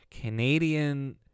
Canadian